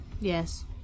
Yes